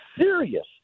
serious